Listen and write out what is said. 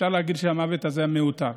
אפשר להגיד שהמוות הזה מיותר,